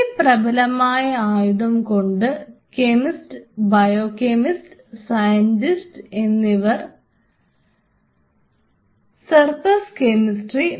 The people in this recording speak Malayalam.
ഈ പ്രബലമായ ആയുധം കൊണ്ട് കെമിസ്റ്റ് ബയോകെമിസ്റ്റ് മെറ്റീരിയൽ സയൻറിസ്റ്റ് എന്നിവർക്ക് സർഫസ് കെമിസ്ട്രിsurface chemistry